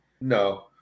No